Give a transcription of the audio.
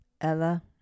Ella